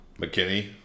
McKinney